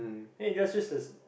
then you just use this